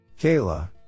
Kayla